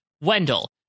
Wendell